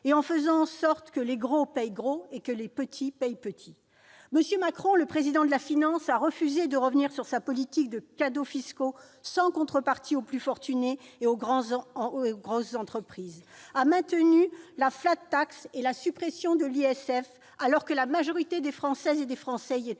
pour faire en sorte « que les gros payent gros et que les petits payent petit ». M. Macron, le président de la finance, a refusé de revenir sur sa politique de cadeaux fiscaux sans contrepartie aux plus fortunés et aux grosses entreprises. Il a maintenu la et la suppression de l'ISF, alors que la majorité des Françaises et des Français y est